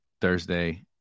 Thursday